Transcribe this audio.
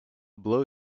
blow